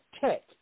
tech